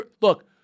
Look